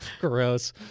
Gross